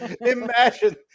imagine